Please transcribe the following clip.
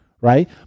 right